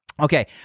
Okay